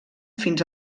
fins